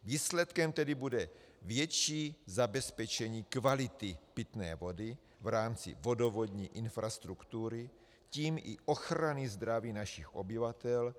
Výsledkem tedy bude větší zabezpečení kvality pitné vody v rámci vodovodní infrastruktury, tím i ochrany zdraví našich obyvatel.